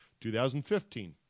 2015